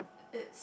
it's